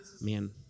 Man